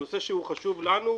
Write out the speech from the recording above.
הוא נושא שהוא חשוב לנו.